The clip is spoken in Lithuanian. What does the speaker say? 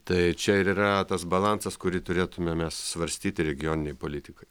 tai čia ir yra tas balansas kurį turėtume mes svarstyti regioninėj politikoj